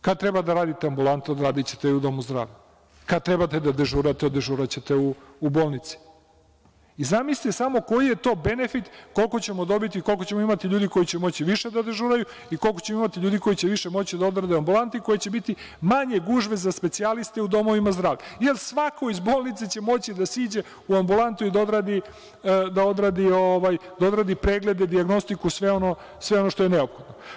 Kada treba da odradite ambulantu, odradićete je u domu zdravlja, kada treba da dežurate, dežuraćete u bolnici, zamislite samo koji je to benefit, koliko ćemo dobiti, koliko ćemo imati ljudi koji će moći više da dežuraju i koliko ćemo imati ljudi koji će više moći da odrade ambulantu i biće manje gužve za specijaliste u domovima zdravlja, jer svako iz bolnice će moći da siđe u ambulantu i da odradi preglede, dijagnostiku, sve ono što je neophodno.